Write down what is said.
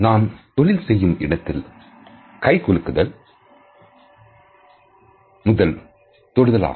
நாம் தொழில் செய்யும் இடத்தில் கை குலுக்குதல் முதல் தொடுதல் ஆகும்